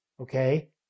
okay